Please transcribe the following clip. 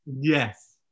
yes